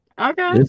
Okay